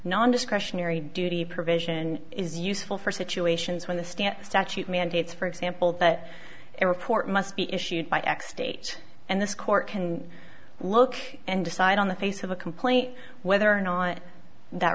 non discretionary duty provision is useful for situations when the stant statute mandates for example that report must be issued by x date and this court can look and decide on the face of a complaint whether or not that